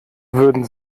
würden